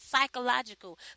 psychological